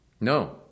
No